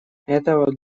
этого